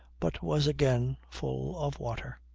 but was again full of water.